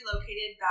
located